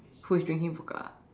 who is drinking vodka